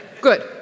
Good